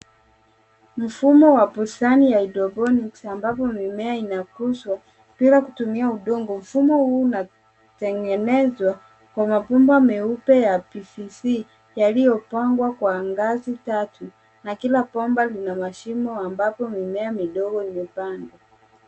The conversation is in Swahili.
Mfumo wa bustani ya haidroponiki ambapo mimea inakuzwa bila kutumia udongo. Mfumo huu unatengenezwa kwa mabomba meupe ya PVC yaliyopangwa kwa ngazi tatu na kila bomba lina mashimo ambapo mimea midogo imepandwa.